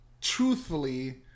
truthfully